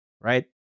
right